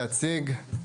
להציג.